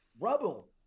rubble